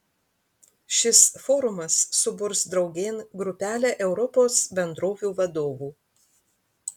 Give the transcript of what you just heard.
šis forumas suburs draugėn grupelę europos bendrovių vadovų